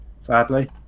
sadly